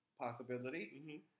Possibility